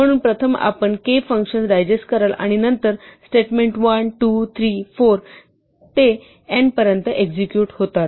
म्हणून प्रथम आपण k फंक्शन्स डायजेस्ट कराल आणि नंतर स्टेटमेंट 1 2 3 4 ते n पर्यंत एक्झेक्युट होतात